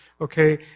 okay